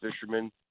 fishermen